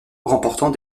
remportant